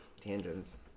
Tangents